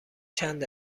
چند